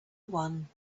one